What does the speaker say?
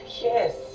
Yes